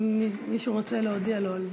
אם מישהו רוצה להודיע לו על זה.